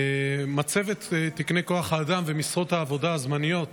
מצבת תקני כוח האדם ומשרות העבודה הזמניות